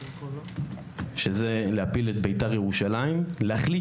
שזה להפיל את בית"ר ירושלים ולהחליט